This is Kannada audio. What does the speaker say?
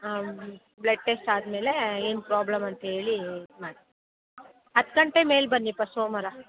ಬ್ಲಡ್ ಟೆಸ್ಟ್ ಆದಮೇಲೆ ಏನು ಪ್ರಾಬ್ಲಮ್ ಅಂತಹೇಳಿ ಇದು ಮಾಡ್ತೀನಿ ಹತ್ತು ಗಂಟೆ ಮೇಲೆ ಬನ್ನಿಪ್ಪ ಸೋಮಾರ